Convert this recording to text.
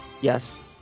Yes